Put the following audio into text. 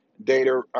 data